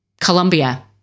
Colombia